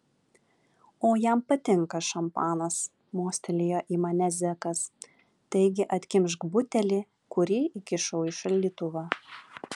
o jam patinka šampanas mostelėjo į mane zekas taigi atkimšk butelį kurį įkišau į šaldytuvą